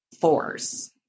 force